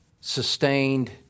sustained